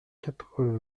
quatre